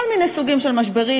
כל מיני סוגים של משברים,